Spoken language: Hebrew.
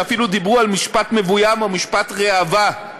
שאפילו דיברו על משפט מבוים או משפט ראווה.